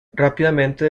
rápidamente